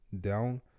down